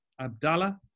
Abdallah